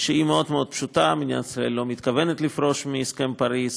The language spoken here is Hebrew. שהיא מאוד מאוד פשוטה: מדינת ישראל לא מתכוונת לפרוש מהסכם פריז.